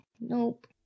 nope